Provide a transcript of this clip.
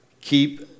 keep